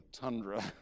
tundra